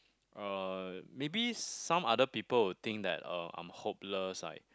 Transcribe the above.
uh maybe some other people will think that uh I'm hopeless like